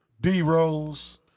D-Rose